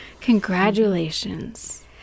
congratulations